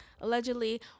allegedly